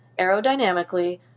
Aerodynamically